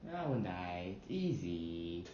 I won't die easy